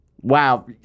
Wow